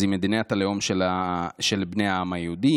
אז היא מדינת הלאום של בני העם היהודי,